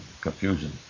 confusion